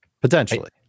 Potentially